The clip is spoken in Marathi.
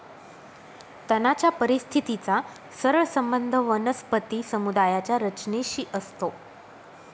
तणाच्या परिस्थितीचा सरळ संबंध वनस्पती समुदायाच्या रचनेशी असतो